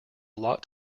lot